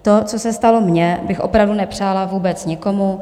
To, co se stalo mně, bych opravdu nepřála vůbec nikomu.